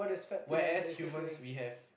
whereas humans we have